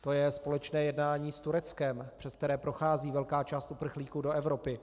To je společné jednání s Tureckem, přes které prochází velká část uprchlíků do Evropy.